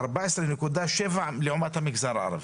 ארבע עשרה נקודה שבע לעומת המגזר הערבי.